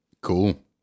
Cool